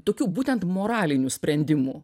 tokių būtent moralinių sprendimų